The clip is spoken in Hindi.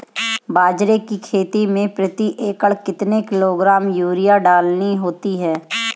बाजरे की खेती में प्रति एकड़ कितने किलोग्राम यूरिया डालनी होती है?